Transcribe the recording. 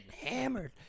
hammered